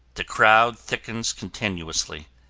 the crowd thickens continuously.